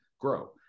grow